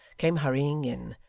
came hurrying in,